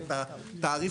אתה יכול לתת לי לסיים?